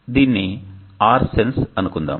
దీనిని RSENSE అనుకుందాం